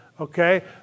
Okay